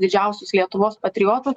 didžiausius lietuvos patriotus